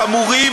החמורים,